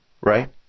right